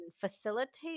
facilitate